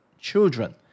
children